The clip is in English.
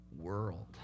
world